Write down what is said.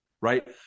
right